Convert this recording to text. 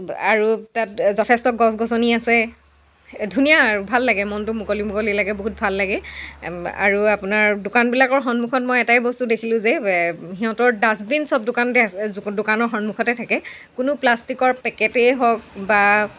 আৰু তাত যথেষ্ট গছ গছনি আছে ধুনীয়া আৰু ভাল লাগে মনটো মুকলি মুকলি লাগে বহুত ভাল লাগে আৰু আপোনাৰ দোকানবিলাকৰ সন্মুখত মই এটাই বস্তু দেখিলোঁ যে সিহঁতৰ ডাষ্টবিন চব দোকানতে আছে দোকানৰ সন্মুখতে থাকে কোনো প্লাষ্টিকৰ পেকেটেই হওক বা